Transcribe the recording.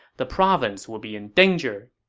the province will be in danger.